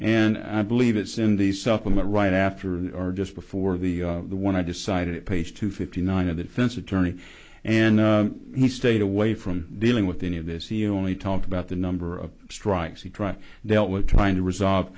and i believe it's in the supplement right after or just before the the one i decided it page to fifty nine of the defense attorney and he stayed away from dealing with any of this he only talked about the number of strikes he tried dealt with trying to resolve